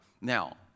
Now